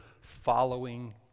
following